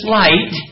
light